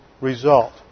result